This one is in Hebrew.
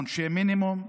עונשי מינימום,